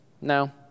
No